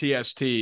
TST